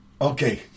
Okay